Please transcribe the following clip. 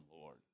Lord